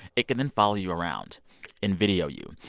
it can then follow you around and video you.